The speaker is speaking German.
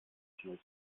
schnell